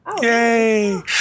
Yay